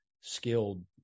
skilled